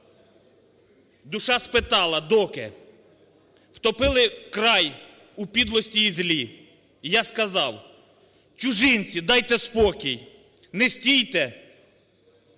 "Душа спитала – доки?! Втопили край у підлості і злі. І я сказав: чужинці, дайте спокій, не стійте…